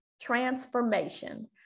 Transformation